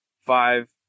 five